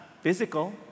physical